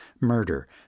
murder